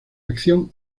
acción